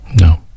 no